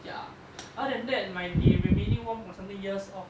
ya other than that in my the remaining one point something years of